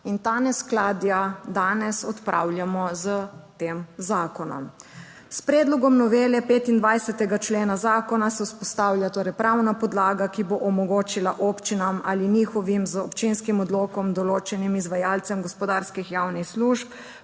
In ta neskladja danes odpravljamo s tem zakonom. S predlogom novele 25. člena zakona se vzpostavlja torej pravna podlaga, ki bo omogočila občinam ali njihovim z občinskim odlokom določenim izvajalcem gospodarskih javnih služb,